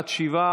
(תיקון,